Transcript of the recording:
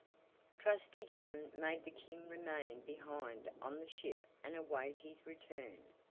trusty john made the king remain behind on the ship and await his return.